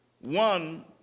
one